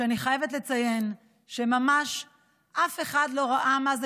ואני חייבת לציין שממש אף אחד לא ראה מה זה